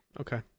Okay